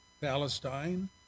Palestine